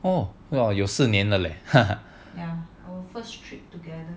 oh !wow! 有四年了勒